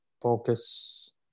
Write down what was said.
Focus